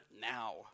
now